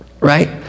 Right